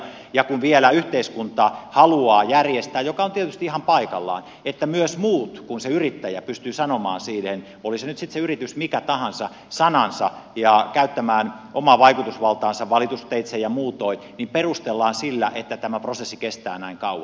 ja kun vielä yhteiskunta haluaa järjestää mikä on tietysti ihan paikallaan että myös muut kuin se yrittäjä pystyvät sanomaan siihen oli nyt sitten se yritys mikä tahansa sanansa ja käyttämään omaa vaikutusvaltaansa valitusteitse ja muutoin niin perustellaan sillä että tämä prosessi kestää näin kauan